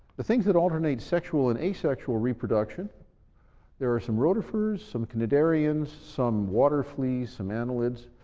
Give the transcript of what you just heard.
the things that alternate sexual and asexual reproduction there are some rotifers, some cnidarians, some water fleas, some annelids.